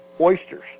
oysters